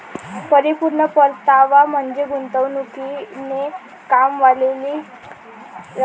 परिपूर्ण परतावा म्हणजे गुंतवणुकीने कमावलेली रक्कम